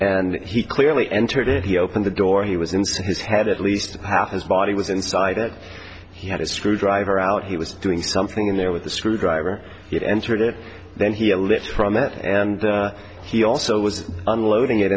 and he clearly entered it he opened the door he was into his head at least half his body was inside or he had a screwdriver out he was doing something in there with a screwdriver it entered it then he lit from it and he also was unloading it